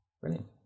Brilliant